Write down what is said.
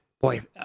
boy